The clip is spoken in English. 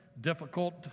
difficult